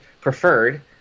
Preferred